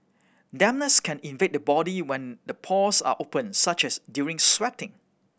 dampness can invade the body when the pores are open such as during sweating